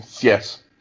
Yes